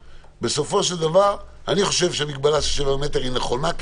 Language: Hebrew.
בסופו של דבר אני חושב שהמגבלה של שבעה מטרים היא נכונה.